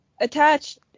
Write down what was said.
attached